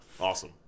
awesome